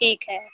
ठीक है